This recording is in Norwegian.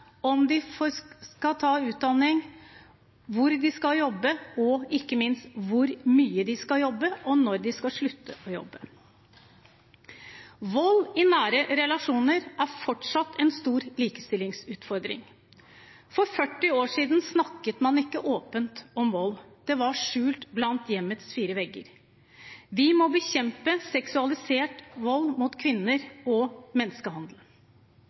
om de skal ta utdanning, hvor de skal jobbe og ikke minst hvor mye de skal jobbe og når de skal slutte å jobbe. Vold i nære relasjoner er fortsatt en stor likestillingsutfordring. For 40 år siden snakket man ikke åpent om vold. Det var skjult innenfor hjemmets fire vegger. Vi må bekjempe seksualisert vold mot kvinner og menneskehandel.